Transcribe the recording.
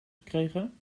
gekregen